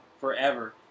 forever